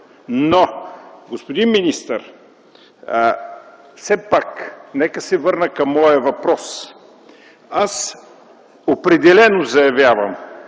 Но, господин министър, все пак нека се върна към моя въпрос. Аз определено заявявам,